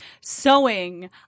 sewing